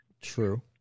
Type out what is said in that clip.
True